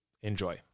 Enjoy